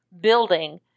building